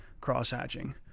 cross-hatching